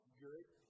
good